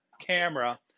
camera